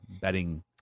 betting